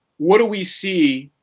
what do we see